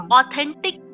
authentic